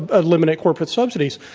eliminate corporate subsidies.